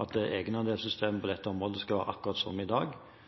at egenandelsystemet på dette området skal være akkurat som i dag.